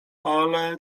ale